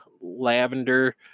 lavender